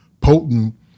potent